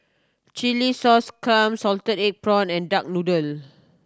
chilli sauce clams salted egg prawns and duck noodle